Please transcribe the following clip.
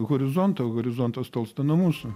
horizontą o horizontas tolsta nuo mūsų